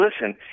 listen